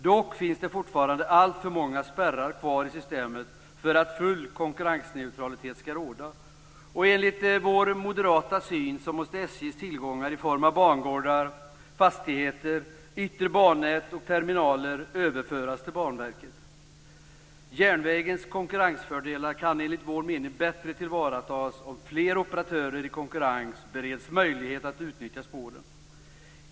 Dock finns det fortfarande alltför många spärrar kvar i systemet för att full konkurrensneutralitet skall råda. Enligt vår moderata syn måste SJ:s tillgångar i form av bangårdar, fastigheter, yttre bannät och terminaler överföras till Banverket. Järnvägens konkurrensfördelar kan enligt vår mening bättre tillvaratas om fler operatörer i konkurrens bereds möjlighet att utnyttja spåren.